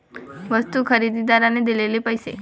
वस्तू खरेदीदाराने दिलेले पैसे